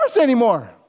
anymore